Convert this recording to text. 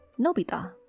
Nobita